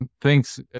Thanks